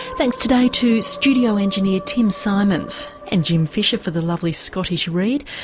thanks today to studio engineer tim symonds and jim fisher for the lovely scottish read.